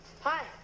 Hi